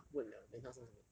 问 liao then 他说什么